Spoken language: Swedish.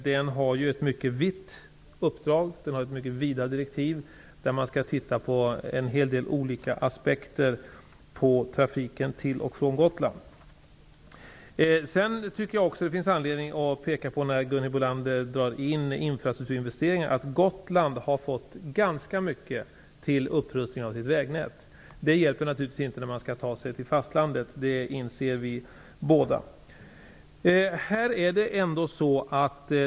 Den har ju ett mycket vidare direktiv. Den skall titta på en hel del olika aspekter på trafiken till och från Gotland. När Gunhild Bolander drar in infrastrukturinvesteringar i detta finns det anledning att peka på att Gotland har fått ganska mycket pengar till upprustning av sitt vägnät. Det hjälper naturligtvis inte när man skall ta sig till fastlandet. Det inser vi båda.